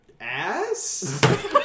ass